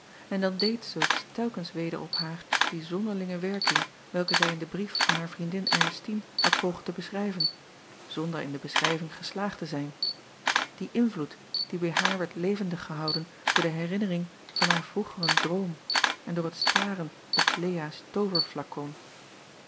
en dan deed zulks telkens weder op haar die zonderlinge werking welke zij in den brief aan haar vriendin rnestine had pogen te beschrijven zonder in de beschrijving geslaagd te zijn dien invloed die bij haar werd levendig gehouden door de herinnering van haar vroegeren droom en door het staren op eaas